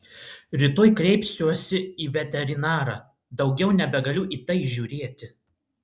rytoj kreipsiuosi į veterinarą daugiau nebegaliu į tai žiūrėti